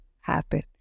happen